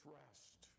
rest